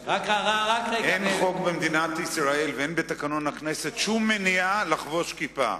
אין חוק במדינת ישראל ואין בתקנון הכנסת שום מניעה לחבוש כיפה.